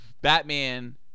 Batman